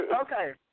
Okay